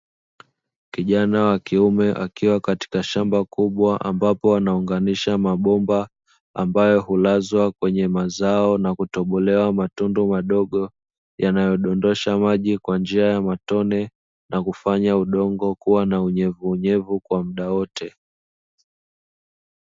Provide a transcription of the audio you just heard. Kijana wa kiume akiwa katika shamba kubwa, ambapo anaunganisha mabomba ambayo hulazwa kwenye mazao na kutobolewa matunda madogo, yanayodondosha maji kwa njia ya matone na kufanya udongo kuwa na unyevu unyevu kwa muda wote.